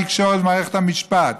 התקשורת ומערכת המשפט,